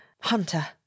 hunter